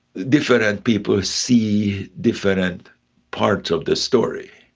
different and people see different parts of the story.